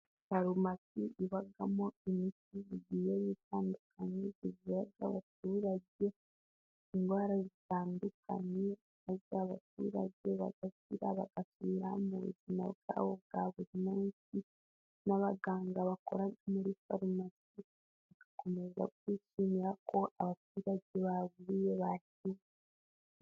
Farumasi ibamo imiti igiye itandukanye ivura abaturage indwara zitandukanye, maze abaturage bagakira bagasubira mu buzima bwabo bwa buri munsi, n'abaganga bakora muri farumasi bagakomeza kwishimira ko abaturage bavuye bakize.